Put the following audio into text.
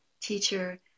teacher